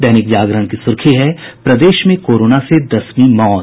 दैनिक जागरण की सुर्खी है प्रदेश में कोरोना से दसवीं मौत